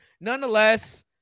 Nonetheless